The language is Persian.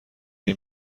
این